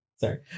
sorry